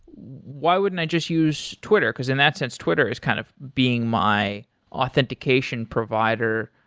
why wouldn't i just use twitter, because in that sense twitter is kind of being my authentication provider?